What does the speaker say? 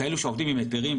כאלה שעובדים עם היתרים,